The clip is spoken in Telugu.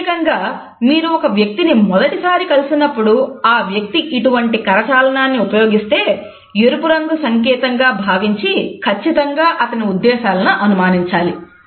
ప్రత్యేకంగా మీరు ఒక వ్యక్తిని మొదటిసారి కలిసినప్పుడు ఆ వ్యక్తి ఇటువంటి కరచాలనాన్ని ఉపయోగిస్తే ఎరుపు రంగు సంకేతంగా భావించి ఖచ్చితంగా అతని ఉద్దేశాలను అనుమానించాలి